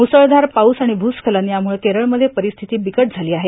मुसळधार पाऊस आणि भूस्खलन यामुळं केरळमध्ये परिस्थिती बिकट झाली आहे